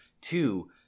Two